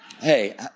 Hey